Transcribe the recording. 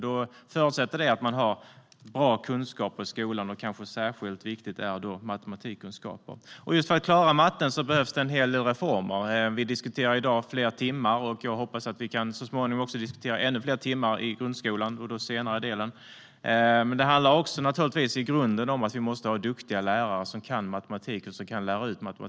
Det förutsätter att man har bra kunskaper i skolan, och särskilt viktigt är kanske matematikkunskaper. För att just klara matten behövs en hel del reformer. Vi diskuterar i dag fler timmar. Jag hoppas att vi så småningom också kan diskutera ännu fler timmar i grundskolan under den senare delen. Det handlar naturligtvis i grunden om att vi måste ha duktiga lärare som kan matematiken och kan lära ut matematik.